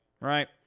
right